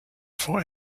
for